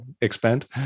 expand